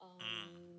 mm